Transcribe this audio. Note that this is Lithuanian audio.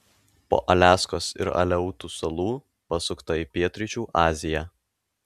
po aliaskos ir aleutų salų pasukta į pietryčių aziją